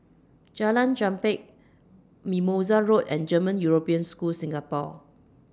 Jalan Chempah Mimosa Road and German European School Singapore